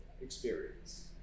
experience